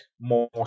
more